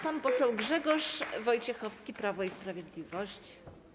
Pan poseł Grzegorz Wojciechowski, Prawo i Sprawiedliwość.